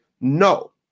no